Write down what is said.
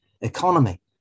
economy